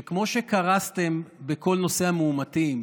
כמו שקרסתם בכל נושא המאומתים,